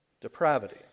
depravity